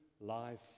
life